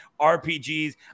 RPGs